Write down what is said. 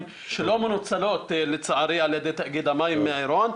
שלא מנוצלות לצערי על ידי תאגיד המים מי עירון.